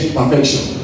perfection